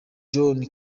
john